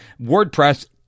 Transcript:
WordPress